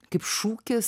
kaip šūkis